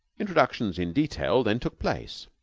introductions in detail then took place.